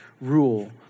rule